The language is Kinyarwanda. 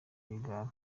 rwigara